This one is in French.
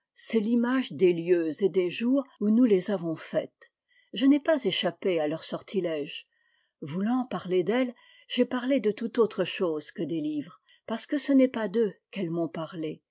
c'est l'image des lieux et des jours où nous les avons faites je n'ai pas échappé à leur sortilège voulant parler d'elles j'ai parlé de toute autre chose que des livres parce que ce n'est pas d'eux qu'elles m'ont parlé